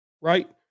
right